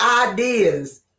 ideas